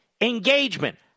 engagement